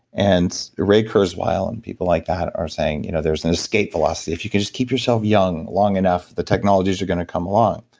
and ray kurzweil and people like that are saying you know there's an escape velocity. if you could just keep yourself young long enough, the technologies are going to come along.